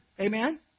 Amen